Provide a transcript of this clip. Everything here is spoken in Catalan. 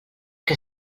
que